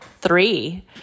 three